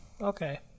Okay